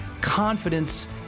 confidence